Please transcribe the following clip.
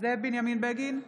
זאב בנימין בגין,